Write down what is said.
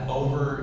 over